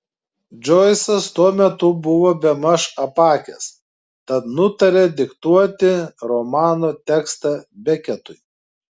džoisas tuo metu buvo bemaž apakęs tad nutarė diktuoti romano tekstą beketui